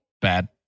bad